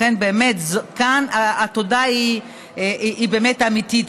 לכן באמת כאן התודה היא אמיתית,